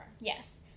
Yes